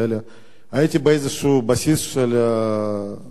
הייתי באיזשהו בסיס של משמר הגבול,